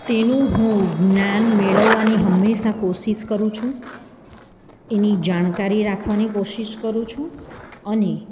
તેનું હું જ્ઞાન મેળવવાની હંમેશા કોશિશ કરું છું એની જાણકારી રાખવાની કોશિશ કરું છું અને